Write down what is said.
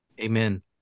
Amen